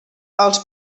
els